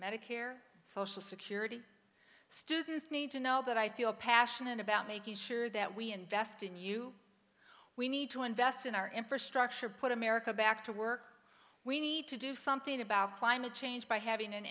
medicare social security students need to know that i feel passionate about making sure that we invest in you we need to invest in our infrastructure put america back to work we need to do something about climate change by having an